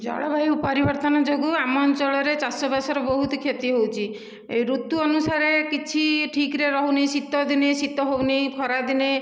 ଜଳବାୟୁ ପରିବର୍ତ୍ତନ ଯୋଗୁଁ ଆମ ଅଞ୍ଚଳରେ ଚାଷ ବାସର ବହୁତ କ୍ଷତି ହେଉଛି ଋତୁ ଅନୁସାରେ କିଛି ଠିକ୍ରେ ରହୁନି ଶୀତଦିନେ ଶୀତ ହେଉନି ଖରାଦିନେ